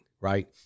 right